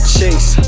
Chase